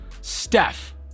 Steph